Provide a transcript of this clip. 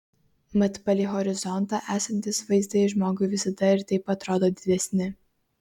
mat palei horizontą esantys vaizdai žmogui visada ir taip atrodo didesni